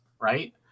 Right